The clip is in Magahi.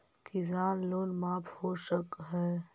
किसान लोन माफ हो सक है?